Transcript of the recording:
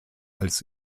als